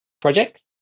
projects